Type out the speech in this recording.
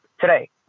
today